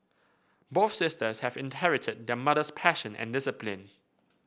both sisters have inherited their mother's passion and discipline